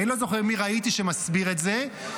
אני לא זוכר מי ראיתי שמסביר את זה,